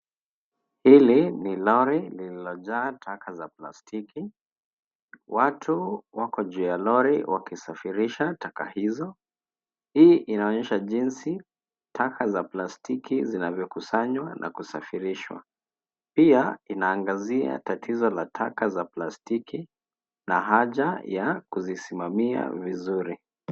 Hili ni lori lililo jaa taka za plastiki. Watu wako juu ya lori wakisafirisha taka hizo. Hii inaonyesha jinsi taka za plastiki zinavyokusanywa na kusafishwa. Pia inaangazia tatizo la taka za plastiki na haja ya kuzisimamia vizuri.